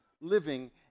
living